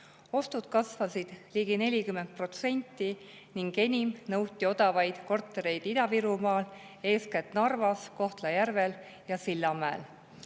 Ostud kasvasid ligi 40% ning enim nõuti odavaid kortereid Ida-Virumaal, eeskätt Narvas, Kohtla-Järvel ja Sillamäel.